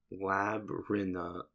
Labyrinth